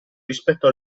rispetto